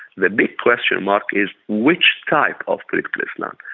the big question mark is which type of political islam?